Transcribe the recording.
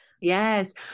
Yes